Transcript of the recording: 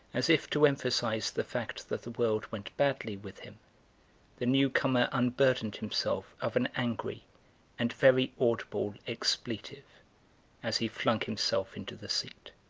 as if to emphasise the fact that the world went badly with him the new-corner unburdened himself of an angry and very audible expletive as he flung himself into the seat.